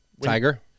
Tiger